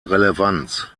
relevanz